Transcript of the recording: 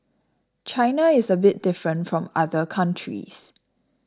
China is a bit different from other countries